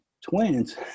twins